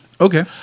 Okay